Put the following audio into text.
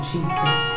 Jesus